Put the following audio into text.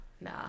Nah